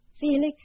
Felix